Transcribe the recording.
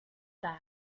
that